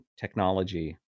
technology